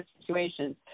situations